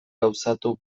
gauzatu